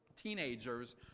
teenagers